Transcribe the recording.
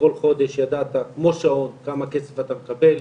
כל חודש ידעת כמו שעון כמה כסף אתה מקבל.